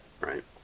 Right